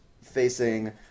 facing